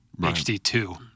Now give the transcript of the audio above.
HD2